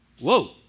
Whoa